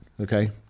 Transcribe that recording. Okay